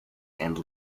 and